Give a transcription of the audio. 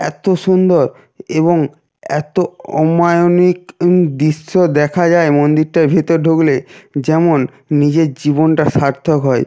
এতো সুন্দর এবং এতো অমায়িক দৃশ্য দেখা যায় মন্দিরটার ভিতর ঢুকলে যেমন নিজের জীবনটা সার্থক হয়